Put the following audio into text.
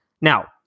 Now